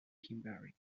kimberly